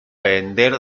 vender